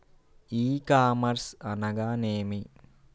ఈ కామర్స్ అనగానేమి?